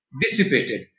dissipated